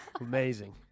Amazing